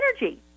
energy